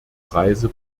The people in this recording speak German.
preise